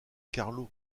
carlo